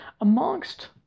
amongst